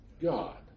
god